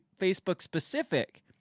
Facebook-specific